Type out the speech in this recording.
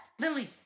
Lily